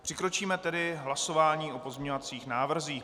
Přikročíme tedy k hlasování o pozměňovacích návrzích.